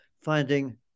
finding